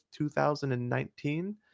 2019